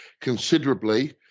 considerably